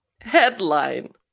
Headline